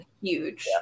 Huge